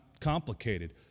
complicated